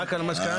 רק על משכנתה.